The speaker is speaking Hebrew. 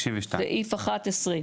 סעיף (11),